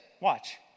Watch